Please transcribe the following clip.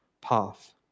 path